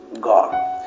God